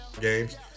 games